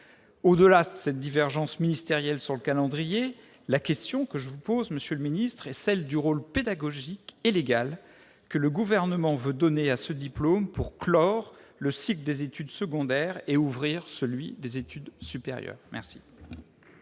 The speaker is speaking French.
Au-delà de cette divergence ministérielle sur le calendrier, je veux vous interroger sur le rôle pédagogique et légal que le Gouvernement veut donner à ce diplôme pour clore le cycle des études secondaires et ouvrir celui des études supérieures. La